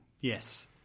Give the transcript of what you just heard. yes